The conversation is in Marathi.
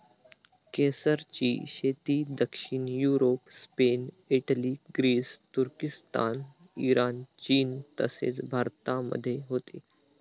केसरची शेती दक्षिण युरोप, स्पेन, इटली, ग्रीस, तुर्किस्तान, इराण, चीन तसेच भारतामध्ये होते